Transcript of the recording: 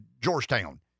Georgetown